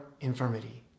infirmity